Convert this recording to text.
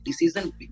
decision